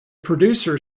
producer